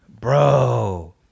bro